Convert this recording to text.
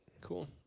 Cool